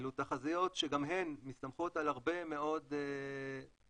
אלה תחזיות שגם הן מסתמכות על הרבה מאוד נתונים